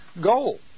goal